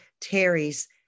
Terry's